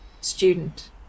student